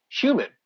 human